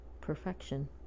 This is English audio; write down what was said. perfection